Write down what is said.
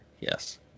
Yes